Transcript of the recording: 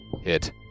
hit